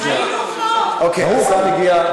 אוקיי, השר הגיע.